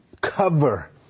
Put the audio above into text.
cover